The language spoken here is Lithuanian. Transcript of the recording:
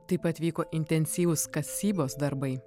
taip pat vyko intensyvūs kasybos darbai